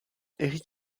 eric